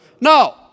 No